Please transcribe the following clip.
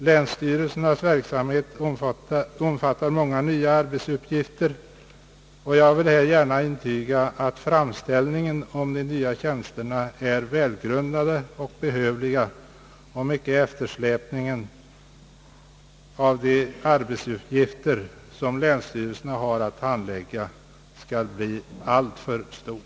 Länsstyrelsernas verksamhet omfattar många nya arbets uppgifter, och jag vill här gärna intyga att framställningen om de nya tjänsterna är välgrundad; tjänsterna behövs om inte eftersläpningen av de arbetsuppgifter, som länsstyrelserna har att handlägga, skall bli alltför stor.